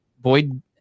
Boyd